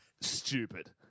stupid